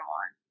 one